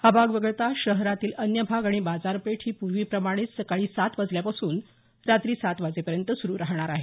हा भाग वगळता शहरातील अन्य भाग आणि बाजारपेठ ही पूर्वीप्रमाणेच सकाळी सात वाजल्यापासून रात्री सात वाजेपर्यंत सुरू राहणार आहे